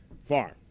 far